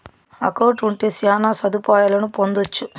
account ఉంటే శ్యాన సదుపాయాలను పొందొచ్చు